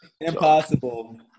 impossible